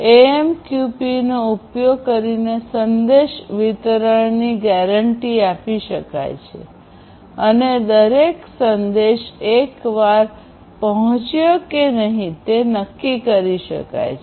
એએમક્યુપીનો ઉપયોગ કરીને સંદેશ વિતરણની ગેરંટી આપી શકાય છે અને દરેક સંદેશ એકવાર પહોંચ્યો કે નહીં તે નક્કી કરી શકાય છે